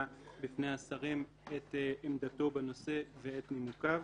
בפני השרים את עמדתו בנושא ואת נימוקיו.